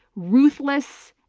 ruthless,